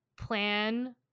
plan